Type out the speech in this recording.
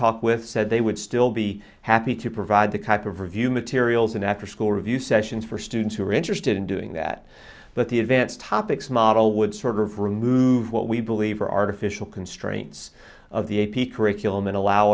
talked with said they would still be happy to provide the kind of review materials and after school review sessions for students who are interested in doing that but the advanced topics model would sort of remove what we believe are artificial constraints of the a p curriculum and allow